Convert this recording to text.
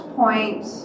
point